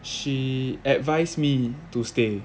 she advised me to stay